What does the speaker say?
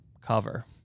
cover